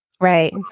Right